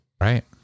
Right